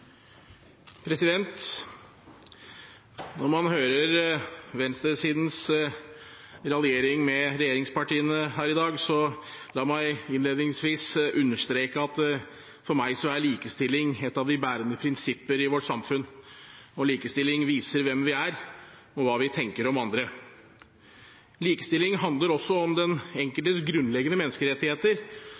Når man hører venstresidens raljering med regjeringspartiene her i dag, så la meg innledningsvis understreke at for meg er likestilling et av de bærende prinsipper i vårt samfunn. Likestilling viser hvem vi er, og hva vi tenker om andre. Likestilling handler også om den enkeltes grunnleggende menneskerettigheter